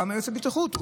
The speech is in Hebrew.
פעם היועץ לבטיחות,